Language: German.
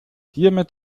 hiermit